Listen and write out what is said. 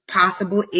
possible